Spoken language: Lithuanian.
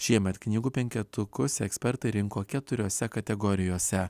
šiemet knygų penketukus ekspertai rinko keturiose kategorijose